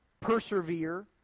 Persevere